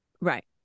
Right